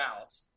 out